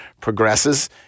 progresses